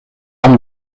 arme